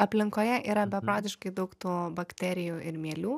aplinkoje yra beprotiškai daug tų bakterijų ir mielių